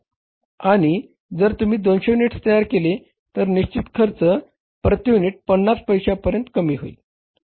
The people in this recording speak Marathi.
आणि जर तुम्ही 200 युनिट्स तयार केले तर निश्चित खर्च प्रती युनिट 50 पैशांपर्यंत कमी होईल